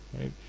right